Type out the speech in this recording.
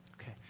Okay